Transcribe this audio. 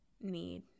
need